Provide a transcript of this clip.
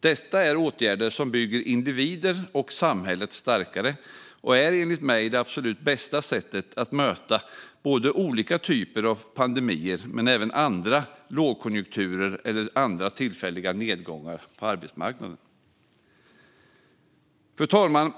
Detta är åtgärder som bygger individer och samhället starkare, och de är enligt mig det absolut bästa sättet att möta olika typer av pandemier men även andra lågkonjunkturer eller andra tillfälliga nedgångar på arbetsmarknaden. Fru talman!